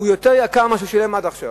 הוא יותר יקר ממה שהוא שילם עד עכשיו.